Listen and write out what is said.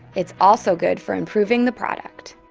it's also good for improving the product.